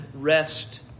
rest